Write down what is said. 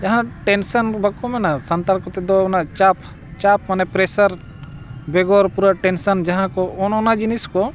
ᱡᱟᱦᱟᱸ ᱴᱮᱱᱥᱚᱱ ᱵᱟᱠᱚ ᱢᱮᱱᱟ ᱥᱟᱱᱛᱟᱲ ᱠᱚᱛᱮ ᱫᱚ ᱚᱱᱟ ᱪᱟᱯ ᱪᱟᱯ ᱢᱟᱱᱮ ᱯᱨᱮᱥᱟᱨ ᱵᱮᱜᱚᱨ ᱯᱩᱨᱟᱹ ᱴᱮᱱᱥᱮᱱ ᱡᱟᱦᱟᱸ ᱠᱚ ᱚᱱ ᱚᱱᱟ ᱡᱤᱱᱤᱥ ᱠᱚ